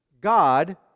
God